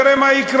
נראה מה יקרה.